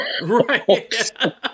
Right